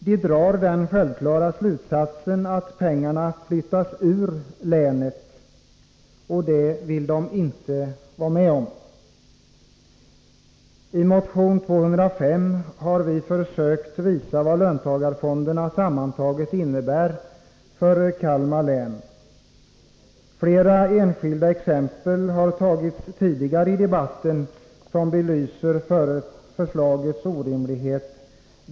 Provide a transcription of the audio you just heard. De drar den självklara slutsatsen att pengarna flyttas ur länet — och det vill de inte vara med om. I motion 205 har vi försökt visa vad löntagarfonderna sammantaget innebär för Kalmar län. Flera enskilda exempel har givits tidigare i debatten som belyser förslagets orimlighet.